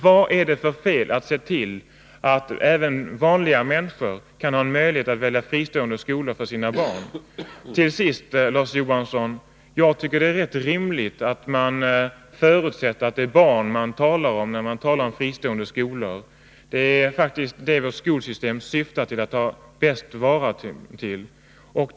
Vad är det för fel i att även vanliga människor kan ges möjlighet att välja fristående skolor för sina barn? Till sist, Larz Johansson: Jag tycker det är rätt rimligt att förutsätta att det är barn man talar om när man talar om fristående skolor. Det är faktiskt barn vårt skolsystem syftar till att ta vara på.